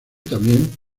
también